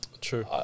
True